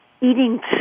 Eating